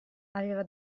aveva